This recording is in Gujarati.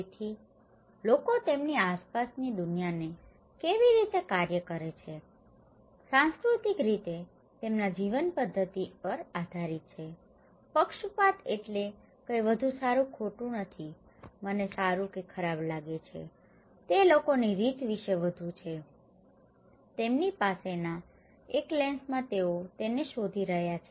તેથી લોકો તેમની આસપાસની દુનિયાને કેવી રીતે કાર્ય કરે છે તે સાંસ્કૃતિક રીતે તેમના જીવન પદ્ધતિ પર આધારીત છે પક્ષપાત એટલે કંઈ વધુ સારું ખોટું નથી મને સારું કે ખરાબ લાગે છે તે લોકોની રીત વિશે વધુ છે તેમની પાસેના એક લેન્સમાં તેઓ તેને શોધી રહ્યા છે